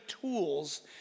tools